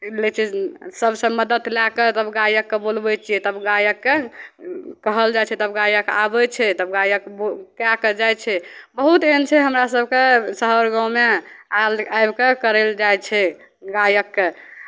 लै छै सभसँ मदति लए कऽ तब गायककेँ बोलबै छियै तब गायककेँ कहल जाइ तब गायक आबै छै तब गायक कए कऽ जाइ छै बहुत एहन छै हमरा सभके शहर गाँवमे आयल आबि कऽ करै लेल जाइ छै गायककेँ